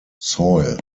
soil